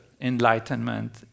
enlightenment